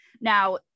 Now